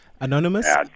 Anonymous